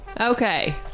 Okay